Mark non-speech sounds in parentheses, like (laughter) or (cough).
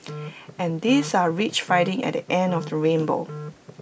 (noise) and these are rich findings at the end of the rainbow